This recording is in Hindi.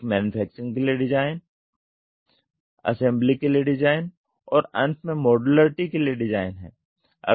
एक मैन्युफैक्चरिंग के लिए डिज़ाइन असेंबली के लिए डिज़ाइन और अंत में मॉड्यूलरिटी के लिए डिज़ाइन है